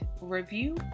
review